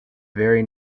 very